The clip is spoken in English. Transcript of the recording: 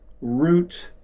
root